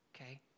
Okay